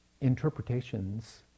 interpretations